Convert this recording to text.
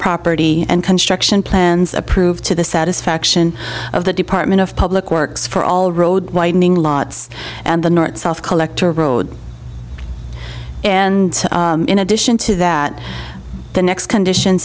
property and construction plans approved to the satisfaction of the department of public works for all road widening lots and the north south collector road and in addition to that the next condition